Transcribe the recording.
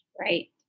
Right